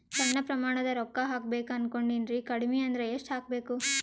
ಸಣ್ಣ ಪ್ರಮಾಣದ ರೊಕ್ಕ ಹಾಕಬೇಕು ಅನಕೊಂಡಿನ್ರಿ ಕಡಿಮಿ ಅಂದ್ರ ಎಷ್ಟ ಹಾಕಬೇಕು?